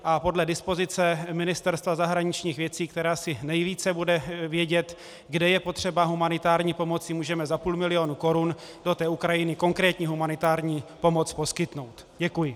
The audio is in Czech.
A podle dispozice Ministerstva zahraničních věcí, které asi nejvíce bude vědět, kde je potřeba humanitární pomoci, můžeme za půl milionu korun do Ukrajiny konkrétní humanitární pomoc poskytnout. Děkuji.